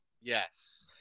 Yes